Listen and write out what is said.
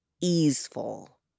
easeful